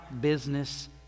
business